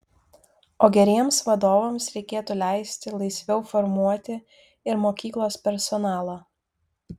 o geriems vadovams reikėtų leisti laisviau formuoti ir mokyklos personalą